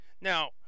now